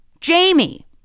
Jamie